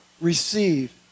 receive